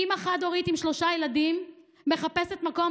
אימא חד-הורית עם שלושה ילדים מחפשת מקום